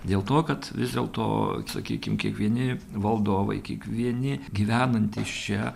dėl to kad vis dėlto sakykim kiekvieni valdovai kiekvieni gyvenantys čia